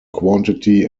quantity